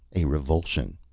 a revulsion,